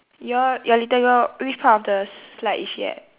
your your little girl which part of the slide is she at